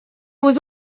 was